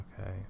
Okay